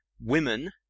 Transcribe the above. women